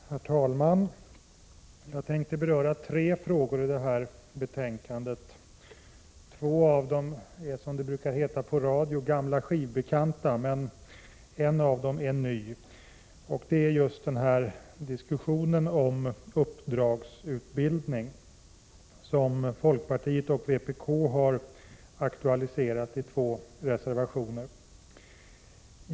Herr talman! Jag skall beröra tre frågor som behandlas i detta betänkande. Två av dem är, som det brukar heta i radio, gamla skivbekanta, men en är ny. Det gäller just diskussionen om uppdragsutbildning, som folkpartiet och vpk har aktualiserat i två reservationer.